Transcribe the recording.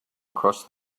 across